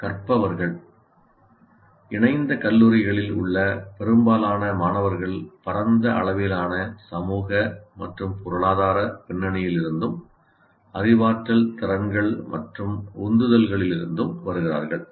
கற்பவர்கள் இணைந்த கல்லூரிகளில் உள்ள பெரும்பாலான மாணவர்கள் பரந்த அளவிலான சமூக மற்றும் பொருளாதார பின்னணியிலிருந்தும் அறிவாற்றல் திறன்கள் மற்றும் உந்துதல்களிலிருந்தும் வருகிறார்கள்